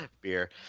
beer